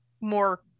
more